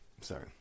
sorry